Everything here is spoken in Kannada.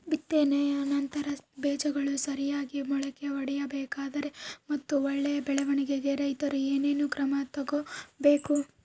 ಬಿತ್ತನೆಯ ನಂತರ ಬೇಜಗಳು ಸರಿಯಾಗಿ ಮೊಳಕೆ ಒಡಿಬೇಕಾದರೆ ಮತ್ತು ಒಳ್ಳೆಯ ಬೆಳವಣಿಗೆಗೆ ರೈತರು ಏನೇನು ಕ್ರಮ ತಗೋಬೇಕು?